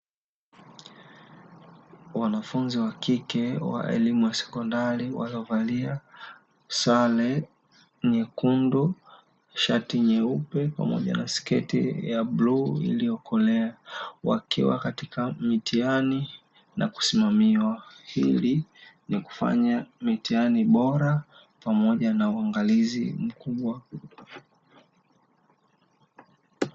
Wanafunzi wa kike wa elimu wa sekondari waliovalia sare nyekundu, shati nyeupe pamoja na sketi ya bluu iliyokolea, wakiwa katika mitihani na kusimamiwa, hili ni kufanya mitihani bora pamoja na uangalizi mkubwa.